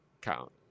count